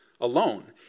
alone